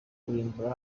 kurimbura